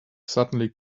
suddenly